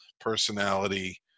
personality